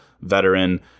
veteran